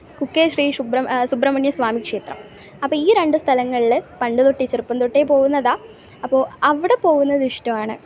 കുക്കെ ശ്രീ ശുബ്രഹ്മണ്യ സുബ്രഹ്മണ്യസ്വാമി ക്ഷേത്രം അപ്പം ഈ രണ്ട് സ്ഥലങ്ങളിൽ പണ്ട് തൊട്ടേ ചെറുപ്പം തൊട്ടേ പോകുന്നതാണ് അപ്പോൾ അവിടെ പോകുന്നത് ഇഷ്ടവാണ്